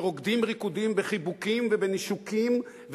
שרוקדים ריקודים בחיבוקים ובנישוקים,